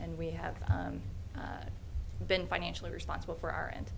and we have been financially responsible for our and